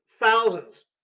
thousands